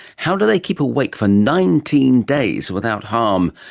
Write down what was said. how do they keep awake for nineteen days without harm,